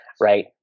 right